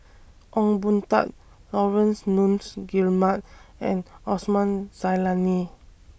Ong Boon Tat Laurence Nunns Guillemard and Osman Zailani